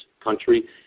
country